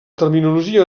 terminologia